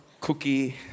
cookie